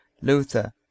Luther